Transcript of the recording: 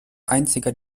einziger